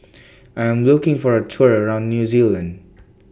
I Am looking For A Tour around New Zealand